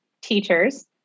teachers